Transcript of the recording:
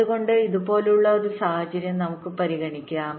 അതുകൊണ്ട് ഇതുപോലുള്ള ഒരു സാഹചര്യം നമുക്ക് പരിഗണിക്കാം